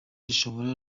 rushobora